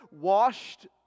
washed